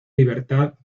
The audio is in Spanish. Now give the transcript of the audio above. libertad